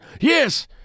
Yes